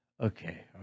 okay